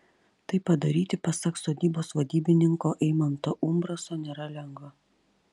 tai padaryti pasak sodybos vadybininko eimanto umbraso nėra lengva